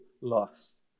loss